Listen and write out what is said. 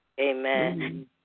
Amen